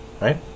right